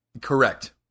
Correct